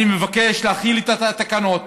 אני מבקש להחיל את התקנות,